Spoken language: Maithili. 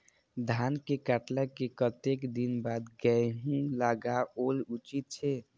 धान के काटला के कतेक दिन बाद गैहूं लागाओल उचित छे?